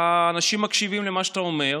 אנשים מקשיבים למה שאתה אומר,